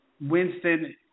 Winston